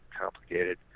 complicated